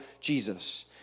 Jesus